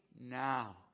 now